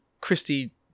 christy